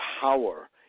power